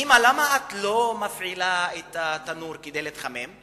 אמא, למה את לא מפעילה את התנור כדי להתחמם?